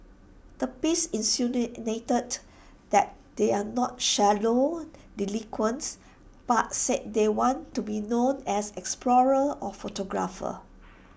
the piece insinuated that they are not shallow delinquents but said they want to be known as explorers or photographers